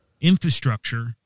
infrastructure